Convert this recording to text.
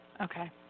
Okay